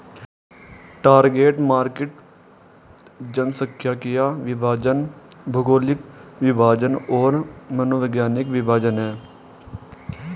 target market जनसांख्यिकीय विभाजन, भौगोलिक विभाजन और मनोवैज्ञानिक विभाजन हैं